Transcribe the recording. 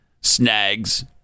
snags